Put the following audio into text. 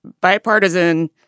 bipartisan